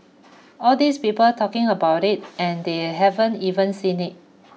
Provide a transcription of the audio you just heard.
all these people talking about it and they haven't even seen it